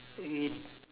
it